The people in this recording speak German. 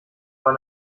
war